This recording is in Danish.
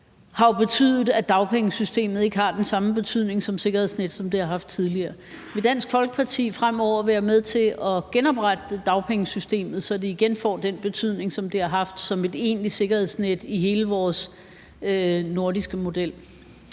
har betydet, at dagpengesystemet ikke har den samme betydning som sikkerhedsnet, som det har haft tidligere. Vil Dansk Folkeparti fremover være med til at genoprette dagpengesystemet, så det igen får den betydning, som det har haft, som et egentligt sikkerhedsnet i hele vores nordiske model?